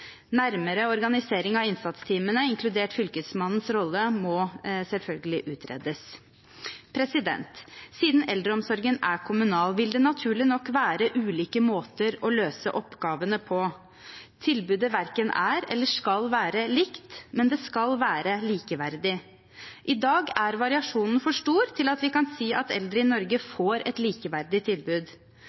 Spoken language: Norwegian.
nærmere organisering av innsatsteamene, inkludert Fylkesmannens rolle, må selvfølgelig utredes. Siden eldreomsorgen er kommunal, vil det naturlig nok være ulike måter å løse oppgavene på. Tilbudet verken er eller skal være likt, men det skal være likeverdig. I dag er variasjonen for stor til at vi kan si at eldre i Norge får et likeverdig tilbud.